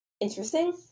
interesting